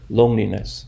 loneliness